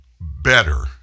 better